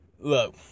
Look